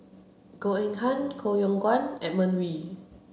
Goh Eng Han Koh Yong Guan and Edmund Wee